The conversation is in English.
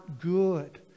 good